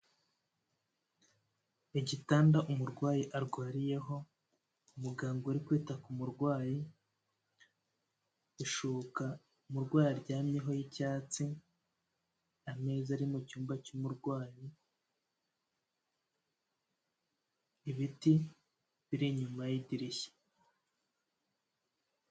Igitanda umurwayi arwariyeho, umuganga uri kwita ku murwayi, ishuka umurwa aryamyeho y'icyatsi, ameza ari mu cyumba cy'umurwayi, ibiti biri inyuma y'idirishya.